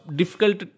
difficult